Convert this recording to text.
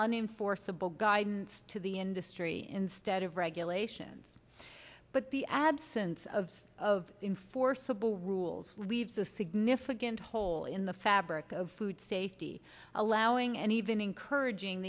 forcible guidance to the industry instead of regulations but the absence of in forcible rules leaves a significant hole in the fabric of food safety allowing and even encouraging